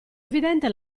evidente